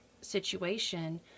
situation